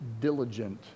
diligent